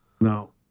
No